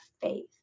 faith